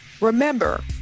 Remember